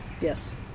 yes